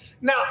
Now